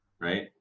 right